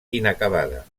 inacabada